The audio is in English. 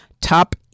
Top